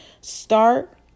Start